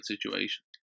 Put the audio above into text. situation